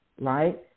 right